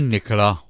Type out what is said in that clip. Nicola